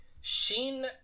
Sheen